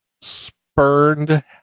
spurned